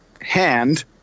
hand